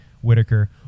Whitaker